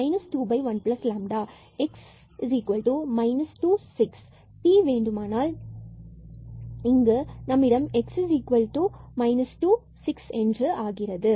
என x 26 வேண்டுமானால் இங்கு x 26 ஆகிறது